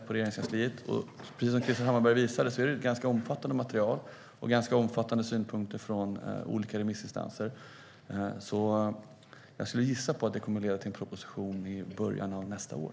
Precis som Krister Hammarbergh visade finns ett omfattande material och omfattande synpunkter från olika remissinstanser. När ärendet är färdigberett på Regeringskansliet kommer det, gissar jag, att leda till en proposition i början av nästa år.